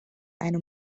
einer